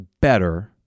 better